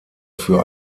für